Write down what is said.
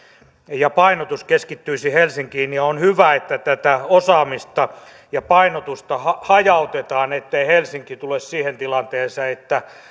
ja painotus keskittyisi helsinkiin ja on hyvä että tätä osaamista ja painotusta hajautetaan ettei helsinki tule siihen tilanteeseen että